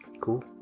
cool